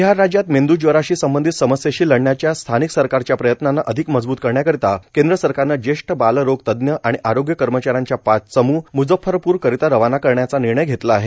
बिहार राज्यात मेंद् ज्वराशी संबंधित समस्येशी लढण्याच्या स्थानिक सरकारच्या प्रयत्नांना अधिक मजबूत करण्याकरिता केंद्र सरकारनं ज्येष्ठ बालरोग तज्ञ आणि आरोग्य कर्मचाऱ्यांच्या पाच चमू मुजफ्फरपूर करीता रवाना करण्याचा निर्णय घेतला आहे